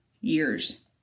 years